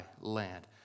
land